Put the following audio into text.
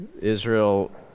Israel